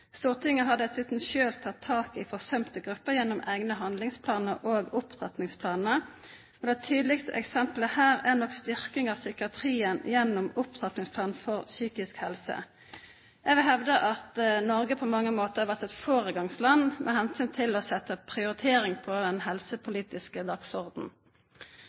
Stortinget har dessuten selv tatt tak i forsømte grupper gjennom egne handlingsplaner og opptrappingsplaner. Det tydeligste eksempelet her er nok styrking av psykiatrien gjennom Opptrappingsplanen for psykisk helse. Jeg vil hevde at Norge på mange måter har vært et foregangsland med hensyn til å sette prioritering på den